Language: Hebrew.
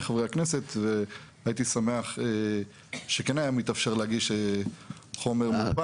חברי הכנסת והייתי שמח שכן היה מתאפשר להגיש חומר מודפס